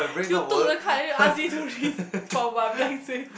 you took the card already you ask me to from my blank face